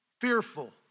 fearful